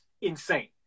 insane